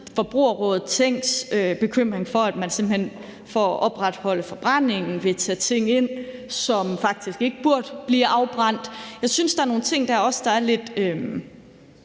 Forbrugerrådet Tænk en bekymring for, at man simpelt hen for at opretholde forbrændingen vil tage ting ind, som faktisk ikke burde blive afbrændt. Jeg synes, at der er nogle ting i høringssvarene,